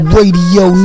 Radio